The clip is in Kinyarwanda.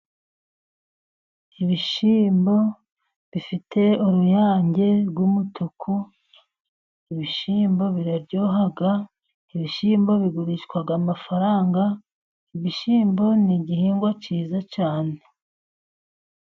Ibishyimbo bifite uruyange rw'umutuku, ibishyimbo biraryoha, ibishyimbo bigurishwa amafaranga, ibishyimbo n'igihingwa cyiza cyane.